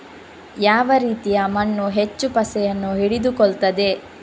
ಯಾವ ರೀತಿಯ ಮಣ್ಣು ಹೆಚ್ಚು ಪಸೆಯನ್ನು ಹಿಡಿದುಕೊಳ್ತದೆ?